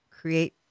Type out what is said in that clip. create